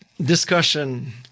discussion